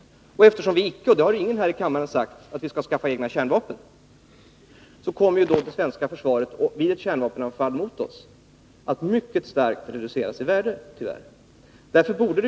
Eftersom vi icke skall skaffa egna kärnvapen — och ingen här i kammaren har sagt att vi skall göra det — så kommer det svenska försvaret vid ett kärnvapenanfall mot oss att mycket starkt reduceras i värde, tyvärr.